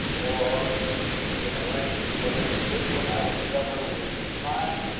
or we can arrange whatever diplomatic cover we can find,